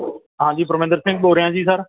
ਹਾਂਜੀ ਪਰਮਿੰਦਰ ਸਿੰਘ ਬੋਲ ਰਿਹਾ ਜੀ ਸਰ